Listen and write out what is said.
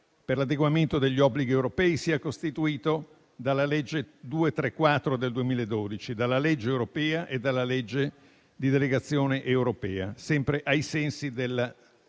per l'adeguamento degli obblighi europei sia costituito dalla legge n. 234 del 2012, dalla legge europea e dalla legge di delegazione europea, sempre ai sensi della